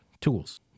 tools